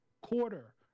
Quarter